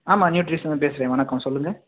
ஆமாம் நியூட்ரிஷியன் தான் பேசுகிறேன் வணக்கம் சொல்லுங்கள்